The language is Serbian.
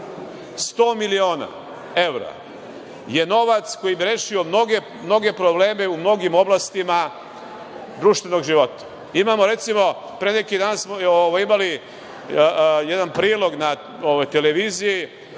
Sto miliona evra je novac koji bi rešio mnoge probleme u mnogim oblastima društvenog života. Imamo, recimo, pre neki dan smo imali jedan prilog na televiziji